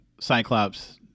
Cyclops